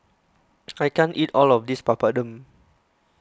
I can't eat all of this Papadum